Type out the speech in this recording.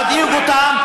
שמדאיג אותם,